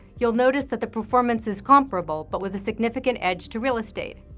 you'll notice that the performance is comparable, but with a significant edge to real estate.